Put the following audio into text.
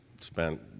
Spent